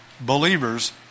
believers